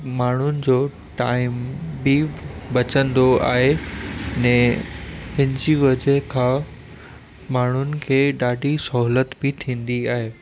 माण्हुनि जो टाइम बि बचंदो आहे अने हिनजी वजह खां माण्हुनि खे ॾाढी सहूलियत बि थींदी आहे